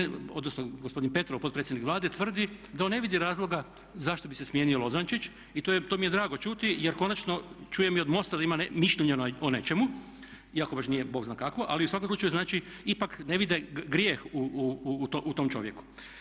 MOST tvrdi da on, odnosno gospodin Petrov potpredsjednik Vlade tvrdi da on ne vidi razloga zašto bi se smijenio Lozančić i to mi je drago čuti jer konačno čujem i od MOST-a da ima mišljenje o nečemu iako baš nije bog zna kakvo, ali u svakom slučaju znači ipak ne vide grijeh u tom čovjeku.